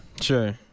Sure